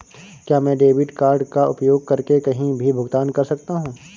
क्या मैं debit card का उपयोग करके कहीं भी भुगतान कर सकता हूं?